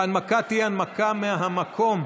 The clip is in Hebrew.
ההנמקה תהיה הנמקה מהמקום.